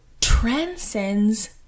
transcends